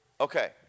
Okay